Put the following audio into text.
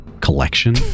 collection